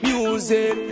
Music